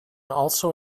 also